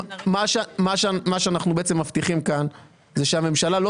מה שאנחנו מבטיחים כאן זה שהממשלה לא